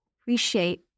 appreciate